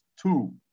two